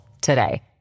today